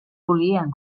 volien